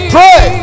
Pray